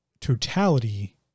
Totality